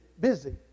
busy